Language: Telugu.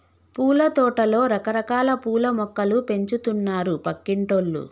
పూలతోటలో రకరకాల పూల మొక్కలు పెంచుతున్నారు పక్కింటోల్లు